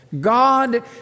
God